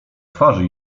twarzy